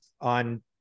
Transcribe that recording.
on